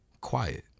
quiet